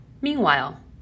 Meanwhile